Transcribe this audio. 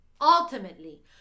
Ultimately